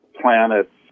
planets